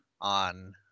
on